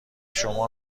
شما